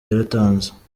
yaratanze